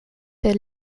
der